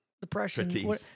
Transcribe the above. Depression